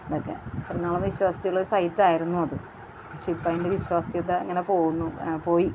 ഇതൊക്കെ ഇത്രനാളും വിശ്വാസ്യതയുള്ള ഒരു സൈറ്റായിരുന്നു അത് പക്ഷേ ഇപ്പം അതിൻ്റെ വിശ്വാസ്യത ഇങ്ങനെ പോകുന്നു ആ പോയി